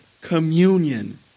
communion